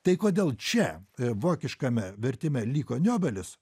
tai kodėl čia vokiškame vertime liko niobelis